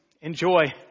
enjoy